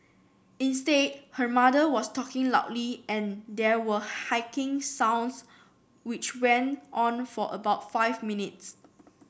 instead her mother was talking loudly and there were hacking sounds which went on for about five minutes